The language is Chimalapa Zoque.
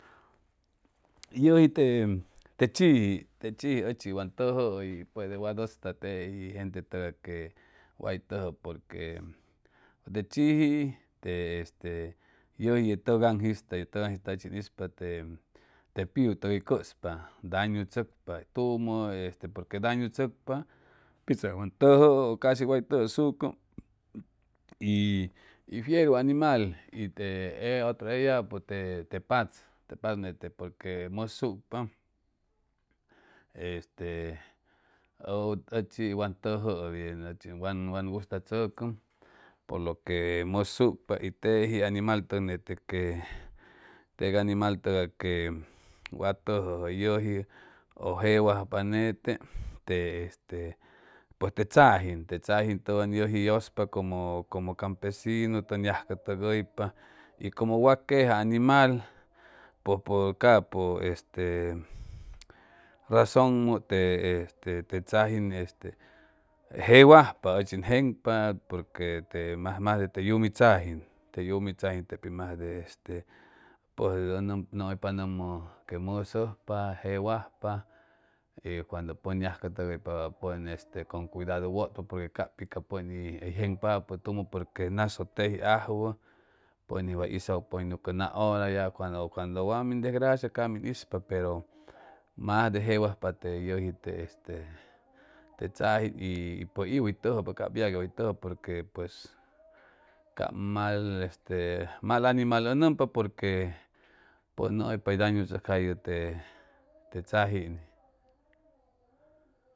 Yeji te chiji te chiji och wang tejooj y puede wad asta teji gajle tegay que way tejoto porque te chiji te este yeji, yu teganjista te teganjista chij ispal te pillu tegay cespa danu tsocpa tumo porque danu tsocpa pitsaanj wang tejoto cushi way tsotosocco y fierro animal l te eya eya’b otro te pats te pats yete pats te por lo que mosucpa l teji animal tucete que te animal tegay que wa tejoto yeji te jeswajpa jete te este pues te tsajing te tsajing tuway yeji yespa oco como campesirin l tyon yajetc togujpa o como wa queja animal pes po capo este rezongma te este te tsajing jemojpa tchi on jepapa por que e masde de yumi tsajing l te yumi tsajing l e pi masde este te yomuyopa tumo que mosujpa wesajpa l wand poj yajet togujpa pey este con cuidado l pa por que ca’pa ca poj n jepapa tumo porque nas jo teji aluut pognis wad istu pou yuco na ora pes ya wand wa ming desgracia cabo ming ispo por mas de jeswajpa te yeji te tsajing n pues istu l tegujpa cap tajuir way tejoto por que pues cab mal este mal animal l gampa porque pej yomuyopa danu t tsocja yo te tsajing